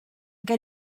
gen